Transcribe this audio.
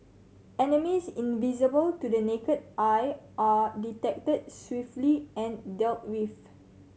enemies invisible to the naked eye are detected swiftly and dealt with